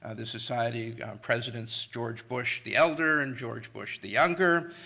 ah the society, presidents george bush the elder and george bush the younger.